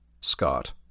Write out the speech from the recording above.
Scott